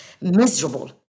miserable